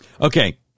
Okay